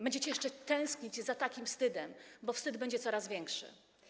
Będziecie jeszcze tęsknić za takim wstydem, bo wstyd będzie coraz większy.